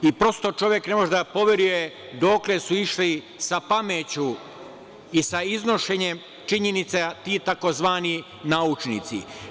Prosto, čovek ne može da poveruje dokle su išli sa pameću i sa iznošenjem činjenica ti tzv. naučnici.